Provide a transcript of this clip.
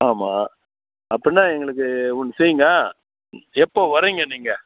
ஆமா அப்புடின்னா எங்களுக்கு ஒன்று செய்யுங்க எப்போது வரீங்க நீங்கள்